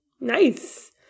Nice